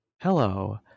Hello